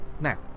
Now